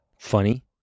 funny